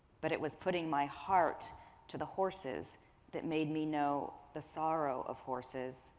but it was putting my heart to the horse's that made me know the sorrow of horses,